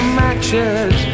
matches